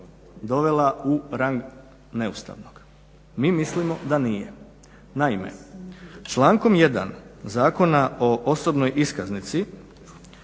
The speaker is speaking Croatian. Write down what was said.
dovela u rang neustavnog? Mi mislimo da nije. Naime, člankom 1. Zakona o osobnoj iskaznici